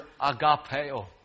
agapeo